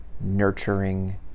nurturing